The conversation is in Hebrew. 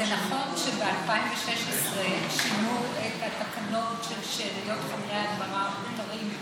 זה נכון שב-2016 שינו את התקנות של שאריות חומרי ההדברה המותרים,